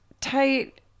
tight